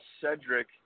Cedric